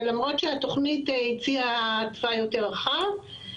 למרות שהתוכנית הציעה תוואי יותר רחב.